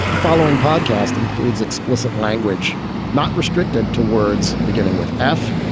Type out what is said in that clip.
the following podcast includes explicit language not restricted to words, beginning with f.